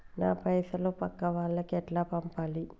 నా పైసలు పక్కా వాళ్లకి ఎట్లా పంపాలి?